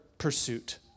pursuit